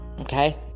Okay